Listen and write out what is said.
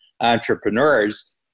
entrepreneurs